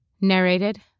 Narrated